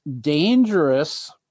dangerous